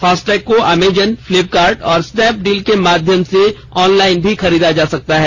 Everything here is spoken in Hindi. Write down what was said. फास्टैग को अमेजन फ्लिपकार्ट और स्नैबपडील के माध्याम से ऑनलाइन भी खरीदा जा सकता है